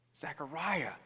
Zechariah